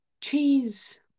cheese